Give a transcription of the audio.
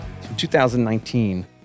2019